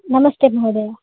नमस्ते महोदय